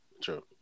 True